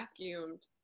vacuumed